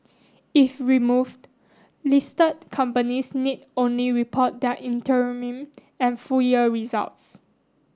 if removed listed companies need only report their interim and full year results